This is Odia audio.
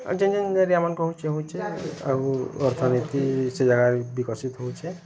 ଯେଉଁ ଯେଉଁ ଏରିଆମାନଙ୍କରେ ହେଉଛି ଆଉ ଅର୍ଥନୀତି ସେ ଜାଗାରେ ବିକଶିତ ହେଉଛି